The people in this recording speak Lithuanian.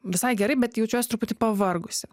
visai gerai bet jaučiuos truputį pavargusi